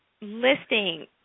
listing